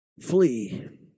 flee